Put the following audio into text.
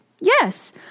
Yes